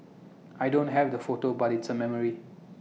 I don't have the photo but it's A memory